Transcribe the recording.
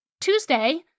Tuesday